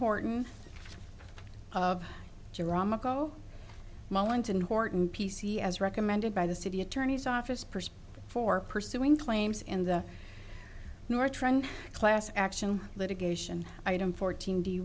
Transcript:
horton of wallington horton p c as recommended by the city attorney's office person for pursuing claims in the north class action litigation item fourteen do you